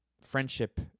friendship